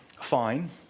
fine